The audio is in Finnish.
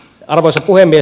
arvoisa puhemies